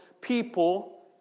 people